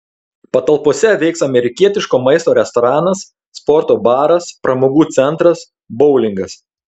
patalpose veiks amerikietiško maisto restoranas sporto baras pramogų centras boulingas